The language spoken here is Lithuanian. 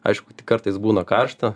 aišku tik kartais būna karšta